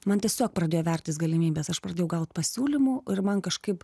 man tiesiog pradėjo vertis galimybės aš pradėjau gaut pasiūlymų ir man kažkaip